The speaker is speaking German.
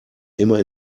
immer